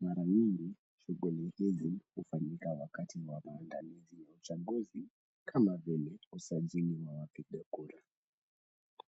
Mara nyingi, shughuli hizi hufanyika wakati wa maandalizi ya uchaguzi kama vile usajili wa wapiga kura.